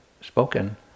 spoken